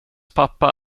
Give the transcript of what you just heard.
pappa